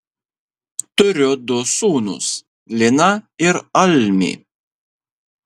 turiu du sūnus liną ir almį